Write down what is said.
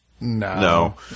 no